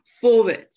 forward